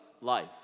life